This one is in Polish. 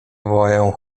wołają